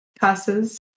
passes